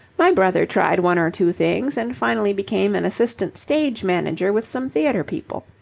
my brother tried one or two things, and finally became an assistant stage-manager with some theatre people.